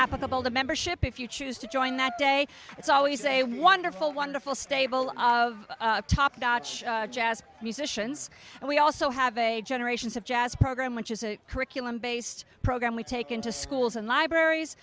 applicable to membership if you choose to join that day it's always a wonderful wonderful stable of top notch jazz musicians and we also have a generations of jazz program which is a curriculum based program we take into schools and libraries